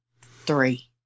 three